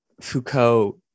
Foucault